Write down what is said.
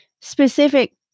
specific